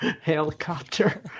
helicopter